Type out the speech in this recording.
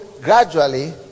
gradually